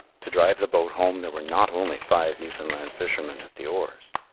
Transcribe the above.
to drive the boat home there were not only five newfoundland fishermen at the oars,